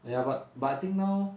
ya but but I think now